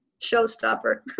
showstopper